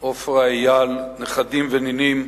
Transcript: עפרה, אייל, נכדים ונינים,